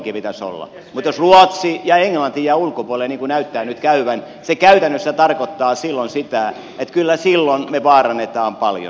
mutta jos ruotsi ja englanti jäävät ulkopuolelle niin kuin näyttää nyt käyvän se käytännössä tarkoittaa silloin sitä että kyllä silloin me vaarannamme paljon